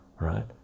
right